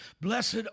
blessed